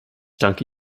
danke